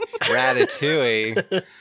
Ratatouille